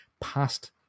past